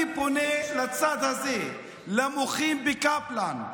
אני פונה לצד הזה, למוחים בקפלן.